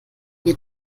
wir